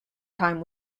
time